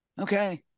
Okay